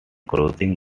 closing